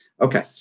Okay